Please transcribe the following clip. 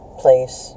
place